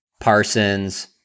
Parsons